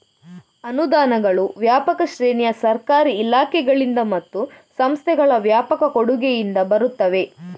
ಅನುದಾನಗಳು ವ್ಯಾಪಕ ಶ್ರೇಣಿಯ ಸರ್ಕಾರಿ ಇಲಾಖೆಗಳಿಂದ ಮತ್ತು ಸಂಸ್ಥೆಗಳ ವ್ಯಾಪಕ ಕೊಡುಗೆಯಿಂದ ಬರುತ್ತವೆ